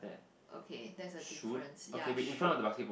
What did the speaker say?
okay that's a difference ya should